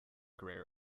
career